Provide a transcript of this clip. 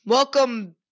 Welcome